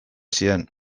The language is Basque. ziren